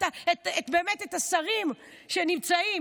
את השרים שנמצאים,